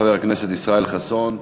חבר הכנסת ישראל חסון,